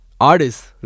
artists